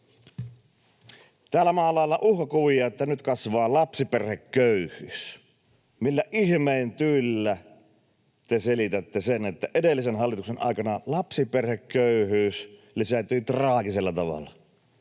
Täällä maalaillaan uhkakuvia, että nyt kasvaa lapsiperheköyhyys. Millä ihmeen tyylillä te selitätte sen, että edellisen hallituksen aikana lapsiperheköyhyys lisääntyi traagisella tavalla?